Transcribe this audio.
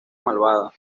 malvada